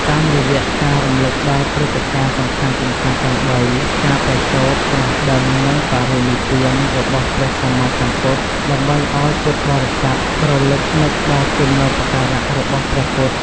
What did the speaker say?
តាមរយៈការរំលឹកដល់ព្រឹត្តិការណ៍សំខាន់ៗទាំងបី ការប្រសូត ត្រាស់ដឹង និង បរិនិព្វាន របស់ព្រះសម្មាសម្ពុទ្ធ ដើម្បីអោយពុទ្ធបរិស័ទរឭកនឹកដល់គុណូបការៈរបស់ព្រះពុទ្ធ។